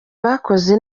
bakoze